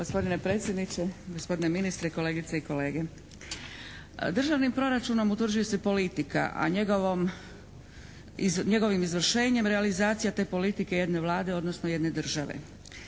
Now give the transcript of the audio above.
Gospodine predsjedniče, gospodine ministre, kolegice i kolege. Državnim proračunom utvrđuje se politika, a njegovim izvršenjem realizacija te politike jedne Vlade, odnosno jedne države.